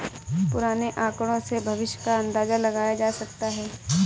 पुराने आकड़ों से भविष्य का अंदाजा लगाया जा सकता है